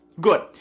Good